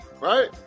right